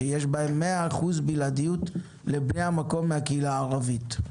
שיש בהם 100% בלעדיות לבני המקום מהקהילה הערבית.